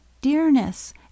Dearness